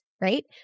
right